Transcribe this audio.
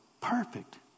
Perfect